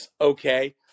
okay